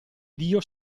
dio